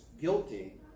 guilty